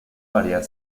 variar